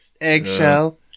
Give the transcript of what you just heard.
eggshell